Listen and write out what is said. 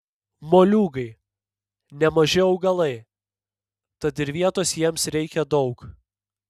moliūgai nemaži augalai tad ir vietos jiems reikia daug